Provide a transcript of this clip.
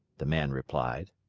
the man replied.